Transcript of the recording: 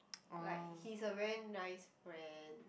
like he's a very nice friend